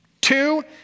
two